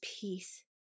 peace